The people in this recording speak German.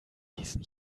diesen